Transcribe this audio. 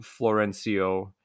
florencio